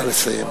נא לסיים.